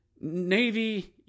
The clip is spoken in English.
navy